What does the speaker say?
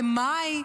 במאי,